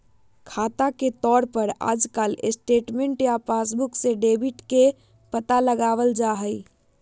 खाता के तौर पर आजकल स्टेटमेन्ट या पासबुक से डेबिट के पता लगावल जा हई